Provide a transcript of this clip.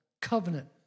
covenant